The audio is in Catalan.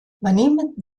venim